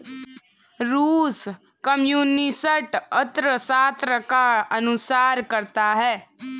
रूस कम्युनिस्ट अर्थशास्त्र का अनुसरण करता है